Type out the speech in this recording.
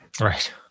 Right